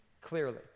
Clearly